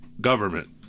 government